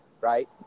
right